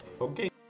Okay